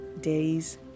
Days